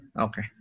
Okay